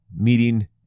meeting